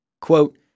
Quote